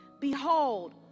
behold